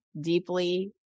deeply